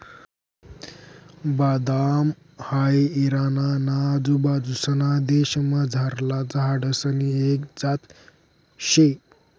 बदाम हाई इराणा ना आजूबाजूंसना देशमझारला झाडसनी एक जात शे